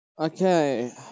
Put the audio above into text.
Okay